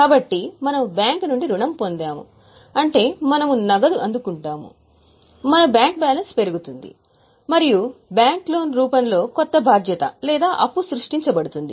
కాబట్టి మనము బ్యాంకు నుండి రుణం పొందాము అంటే మనము నగదు అందుకుంటాము మన బ్యాంక్ బ్యాలెన్స్ పెరుగుతుంది మరియు బ్యాంక్ లోన్ రూపంలో కొత్త బాధ్యత లేదా అప్పు సృష్టించబడుతుంది